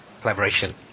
collaboration